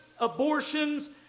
Abortions